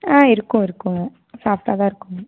ஆ இருக்கும் இருக்குதுங்க சாஃப்ட்டாக தான் இருக்கும்